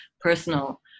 personal